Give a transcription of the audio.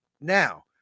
now